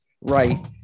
right